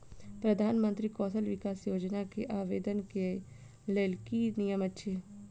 प्रधानमंत्री कौशल विकास योजना केँ आवेदन केँ लेल की नियम अछि?